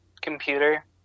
computer